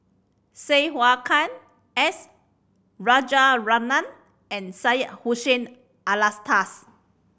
Sai Hua Kuan S Rajaratnam and Syed Hussein Alatas